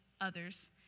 others